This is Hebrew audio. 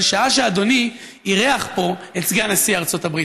שעה שאדוני אירח פה את סגן נשיא ארצות הברית?